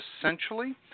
essentially